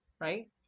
right